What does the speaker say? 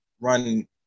run